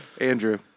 Andrew